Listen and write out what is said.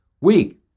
week